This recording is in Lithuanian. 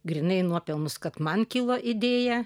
grynai nuopelnus kad man kilo idėja